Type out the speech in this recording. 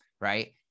right